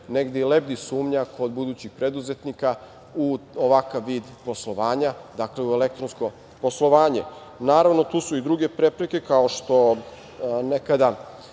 negde i lebdi sumnja kod budućih preduzetnika u ovakav vid poslovanja, dakle u elektronsko poslovanje. Naravno, tu su i druge prepreke, kao što nekada